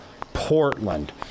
portland